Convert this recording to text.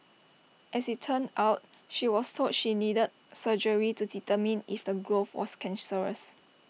as IT turned out she was told she needed surgery to determine if the growth was cancerous